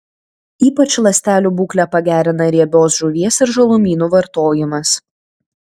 ypač ląstelių būklę pagerina riebios žuvies ir žalumynų vartojimas